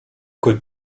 côte